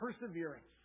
perseverance